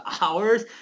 hours